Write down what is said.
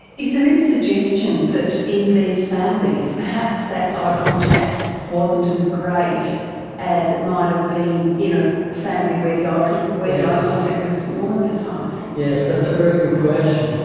is there any suggestion that in these families perhaps that ah eye contact wasn't as great as it might have been in a family where the um the eye contact was more emphasised? yes, that's a very good question.